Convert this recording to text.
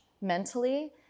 mentally